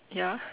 ya